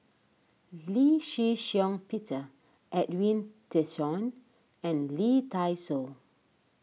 Lee Shih Shiong Peter Edwin Tessensohn and Lee Dai Soh